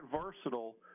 versatile